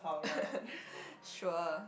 sure